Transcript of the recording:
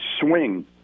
swing